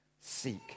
seek